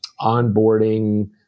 onboarding